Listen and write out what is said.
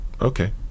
okay